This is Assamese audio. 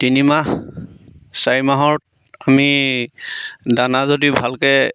তিনিমাহ চাৰি মাহত আমি দানা যদি ভালকৈ